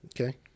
Okay